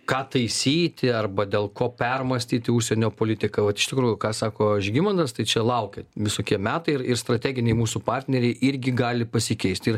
ką taisyti arba dėl ko permąstyti užsienio politiką vat iš tikrųjų ką sako žygimantas tai čia laukia visokie metai ir ir strateginiai mūsų partneriai irgi gali pasikeisti ir